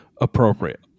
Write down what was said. appropriate